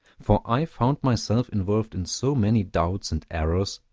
for i found myself involved in so many doubts and errors,